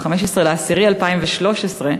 ב-15 באוקטובר 2013,